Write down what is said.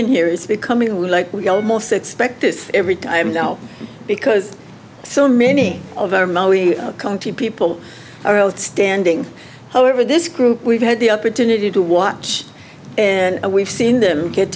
common here is becoming like we almost expect this every time now because so many of our maui county people are outstanding however this group we've had the opportunity to watch and we've seen them get